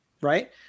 right